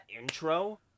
intro